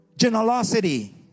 generosity